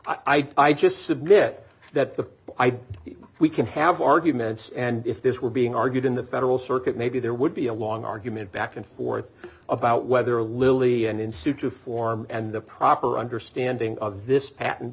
now i just submit that the idea is we can have arguments and if this were being argued in the federal circuit maybe there would be a long argument back and forth about whether lilly and ensuite to form and the proper understanding of this pat